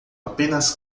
apenas